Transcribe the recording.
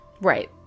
right